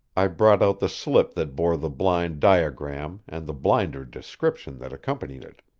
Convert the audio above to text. i brought out the slip that bore the blind diagram and the blinder description that accompanied it.